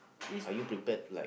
are you prepared like